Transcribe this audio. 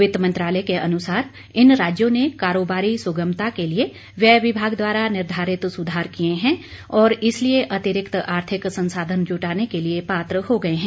वित्त मंत्रालय के अनुसार इन राज्यों ने कारोबारी सुगमता के लिए व्यय विभाग द्वारा निर्धारित सुधार किए हैं और इसलिए अतिरिक्त आर्थिक संसाधन जुटाने के लिए पात्र हो गए हैं